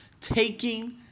Taking